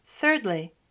Thirdly